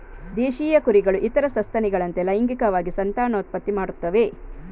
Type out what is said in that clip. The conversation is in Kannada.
ದೇಶೀಯ ಕುರಿಗಳು ಇತರ ಸಸ್ತನಿಗಳಂತೆ ಲೈಂಗಿಕವಾಗಿ ಸಂತಾನೋತ್ಪತ್ತಿ ಮಾಡುತ್ತವೆ